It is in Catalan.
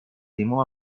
timó